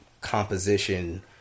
composition